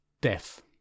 death